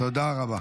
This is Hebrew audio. תודה רבה.